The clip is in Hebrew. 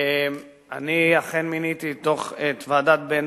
אני אכן מיניתי את ועדת-פיזם,